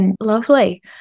Lovely